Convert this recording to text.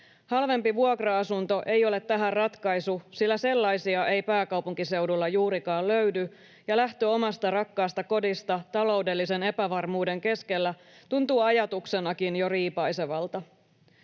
Halvempi vuokra asunto ei ole tähän ratkaisu, sillä sellaisia ei pääkaupunkiseudulta juurikaan löydy, ja lähtö omasta rakkaasta kodista taloudellisen epävarmuuden keskellä tuntuu ajatuksenakin jo riipaisevalta.